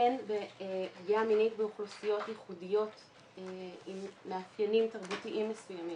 והן בפגיעה מינית באוכלוסיות ייחודיות עם מאפיינים תרבותיים מסוימים,